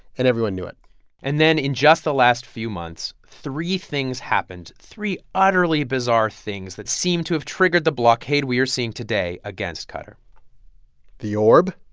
and everyone knew it and then in just the last few months, three things happened, three utterly bizarre things that seemed to have triggered the blockade we are seeing today against qatar the orb.